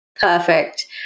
Perfect